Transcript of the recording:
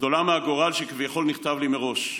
גדולה מהגורל שכביכול נכתב לי מראש.